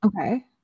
okay